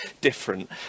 different